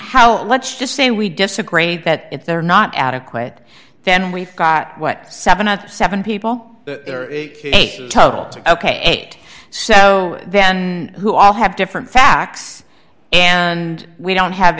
how let's just say we disagree that if they're not adequate then we've got what seventy seven people total ok so then who all have different facts and we don't have